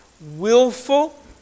willful